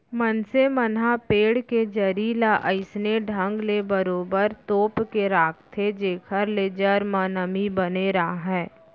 मनसे मन ह पेड़ के जरी ल अइसने ढंग ले बरोबर तोप के राखथे जेखर ले जर म नमी बने राहय